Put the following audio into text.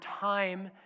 time